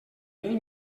mil